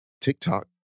TikTok